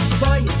boy